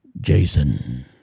Jason